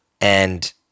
and-